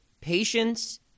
patience